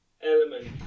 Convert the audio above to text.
element